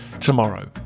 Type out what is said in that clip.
tomorrow